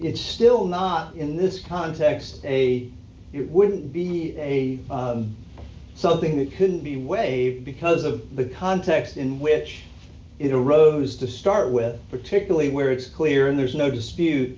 it's still not in this context a it wouldn't be a something that couldn't be waived because of the context in which it arose to start with particularly where it's clear and there's no dispute